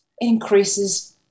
increases